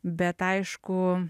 bet aišku